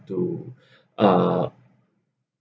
to uh